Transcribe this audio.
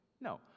no